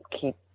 keep